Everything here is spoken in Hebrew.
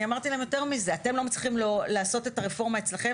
אני אמרתי להם יותר מזה: אתם לא מצליחים לא לעשות את הרפורמה אצלכם,